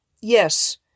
Yes